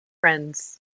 friends